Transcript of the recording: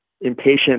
impatient